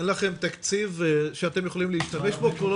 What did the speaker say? אין לכם תקציב שאתם יכולים להשתמש בו?